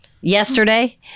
yesterday